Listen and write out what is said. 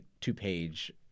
two-page